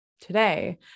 today